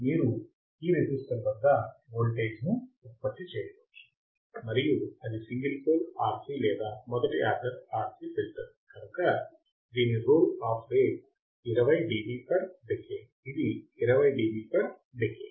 మీరు ఈ రెసిస్టర్ వద్ద వోల్టేజ్ను ఉత్పత్తి చేయవచ్చు మరియు అది సింగిల్ పోల్ RC లేదా మొదటి ఆర్డర్ RC ఫిల్టర్ కనుక దీని roll off rate 20 dB per decade ఇది 20 డిబి పర్ డేకేడ్